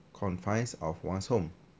confines of one's home